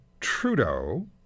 Trudeau